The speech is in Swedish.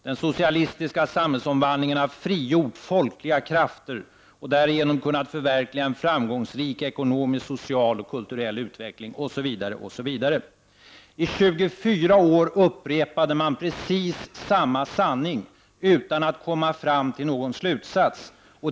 Den socialistiska samhällsomvandlingen har frigjort folkliga krafter och därigenom kunnat förverkliga en framgångsrik ekonomisk, social och kulturell utveckling” — osv., osv. I 24 år upprepade man precis samma sanning, utan att komma fram till någon slutsats.